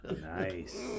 Nice